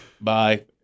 bye